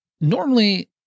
normally